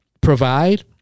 provide